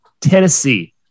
Tennessee